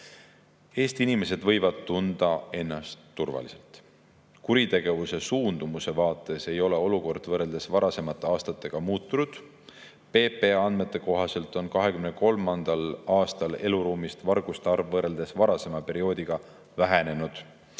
Eesti inimesed võivad tunda ennast turvaliselt. Kuritegevuse suundumuse vaates ei ole olukord võrreldes varasemate aastatega muutunud. PPA andmete kohaselt on 2023. aastal eluruumist varastamiste arv võrreldes varasema perioodiga vähenenud.